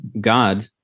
God